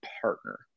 partner